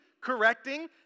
correcting